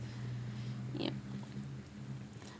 yup